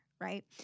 right